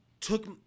Took